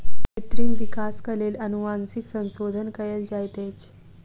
कृत्रिम विकासक लेल अनुवांशिक संशोधन कयल जाइत अछि